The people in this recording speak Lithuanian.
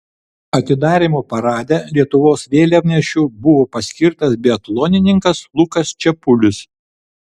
atidarymo parade lietuvos vėliavnešiu buvo paskirtas biatlonininkas lukas čepulis